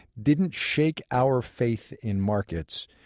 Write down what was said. didn't shake our faith in markets,